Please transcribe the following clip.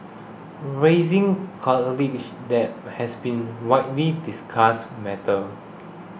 rising college debt has been widely discussed matter